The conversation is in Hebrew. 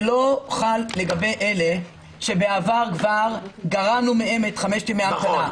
זה לא חל לגבי אלה שבעבר כבר גרענו מהם את חמשת ימי ההמתנה.